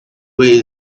way